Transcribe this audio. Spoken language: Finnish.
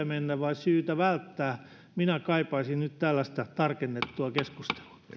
mennä vai syytä välttää minä kaipaisin nyt tällaista tarkennettua keskustelua